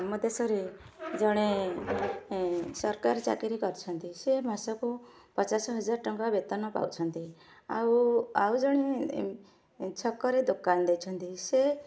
ଆମ ଦେଶରେ ଜଣେ ସରକାର ଚାକିରୀ କରିଛନ୍ତି ସେ ମାସକୁ ପଚାଶ ହଜାର ଟଙ୍କା ବେତନ ପାଉଛନ୍ତି ଆଉ ଆଉ ଜଣେ ଛକରେ ଦୋକାନ ଦେଇଛନ୍ତି ସେ